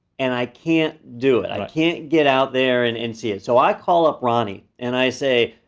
and i can't do it i can't get out there and and see it, so i call up ronnie. and i say,